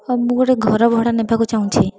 ହଁ ମୁଁ ଗୋଟେ ଘର ଭଡ଼ା ନେବାକୁ ଚାଁହୁଛି